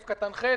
סעיף קטן (ח):